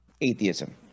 atheism